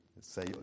say